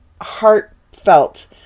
heartfelt